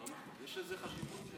יש לזה חשיבות.